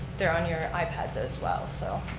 they're on your ipads as well, so.